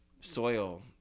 soil